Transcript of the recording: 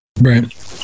Right